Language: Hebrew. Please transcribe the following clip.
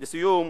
לסיום,